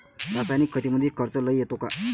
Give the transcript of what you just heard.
रासायनिक शेतीमंदी खर्च लई येतो का?